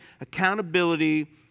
Accountability